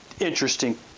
interesting